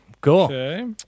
Cool